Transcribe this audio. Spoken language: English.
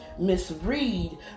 misread